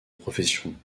profession